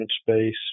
space